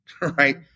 right